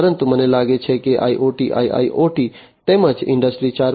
પરંતુ મને લાગે છે કે IoT IIoT તેમજ ઇન્ડસ્ટ્રી 4